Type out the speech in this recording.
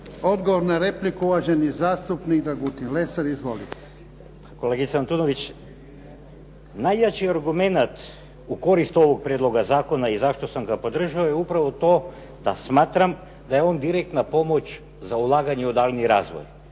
Odgovor na repliku uvaženi zastupnik Dragutin Lesar. Izvolite. **Lesar, Dragutin (Nezavisni)** Kolegice Antunović, najjači argumenat u korist ovog prijedloga zakona i zašto sam ga podržao je upravo to da smatram da je on direktna pomoć za ulaganje u daljnji razvoj